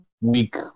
week